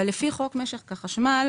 אבל לפי חוק משק החשמל,